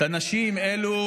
נכון,